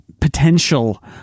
potential